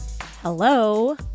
Hello